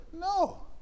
No